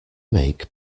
make